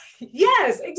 Yes